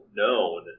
known